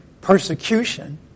persecution